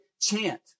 chant